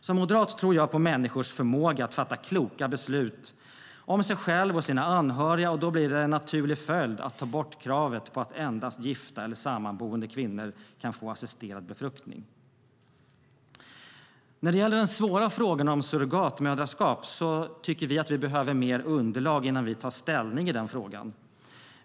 Som moderat tror jag på människors förmåga att fatta kloka beslut för sig själva och sina anhöriga. Då blir det en naturlig följd att ta bort kravet på att endast gifta eller sammanboende kvinnor kan få assisterad befruktning. När det gäller den svåra frågan om surrogatmoderskap tycker vi att vi behöver mer underlag innan vi tar ställning i frågan.